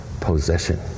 possession